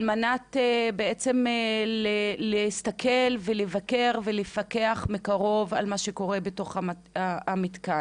על מנת להסתכל בעצם ולבקר ולפקח מקרוב על מה שקורה בתוך המתקן.